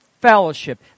fellowship